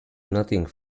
nothing